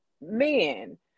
Men